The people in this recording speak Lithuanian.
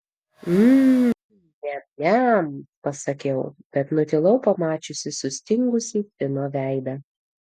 mm niam niam pasakiau bet nutilau pamačiusi sustingusį fino veidą